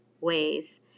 ways